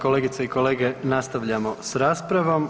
kolegice i kolege, nastavljamo s raspravom.